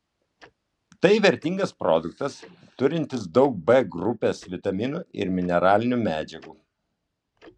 tai vertingas produktas turintis daug b grupės vitaminų ir mineralinių medžiagų